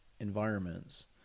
environments